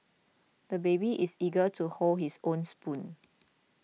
the baby is eager to hold his own spoon